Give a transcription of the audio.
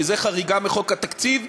כי זה חריגה מחוק התקציב,